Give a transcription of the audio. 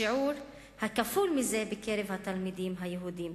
שיעור הכפול מזה שבקרב התלמידים היהודים.